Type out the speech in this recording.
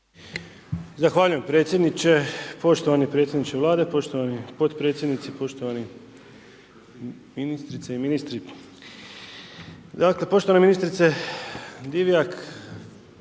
Zahvaljujem predsjedniče. Poštovani predsjedniče Vlade, poštovani potpredsjednici, poštovani ministrice i ministri. Dakle poštovana ministrice Divjak,